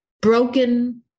broken